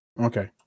Okay